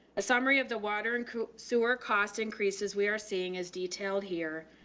a summary of the water and sewer cost increases we are seeing is detailed here.